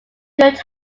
good